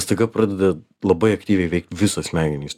staiga pradeda labai aktyviai veikt visos smegenys